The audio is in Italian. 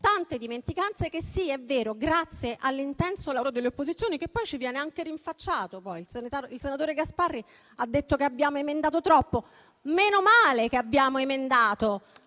tante dimenticanze, sì, è vero. L'intenso lavoro delle opposizioni poi ci viene anche rinfacciato: il senatore Gasparri ha detto che abbiamo emendato troppo. Meno male che abbiamo emendato,